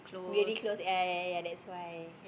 really close ya ya ya ya that's why